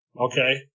Okay